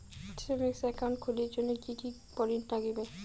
Savings account খুলির জন্যে কি কি করির নাগিবে?